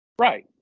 Right